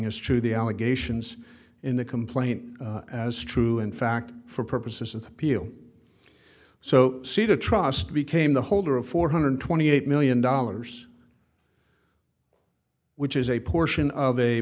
as true the allegations in the complaint as true in fact for purposes of appeal so see the trust became the holder of four hundred twenty eight million dollars which is a portion of a